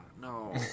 no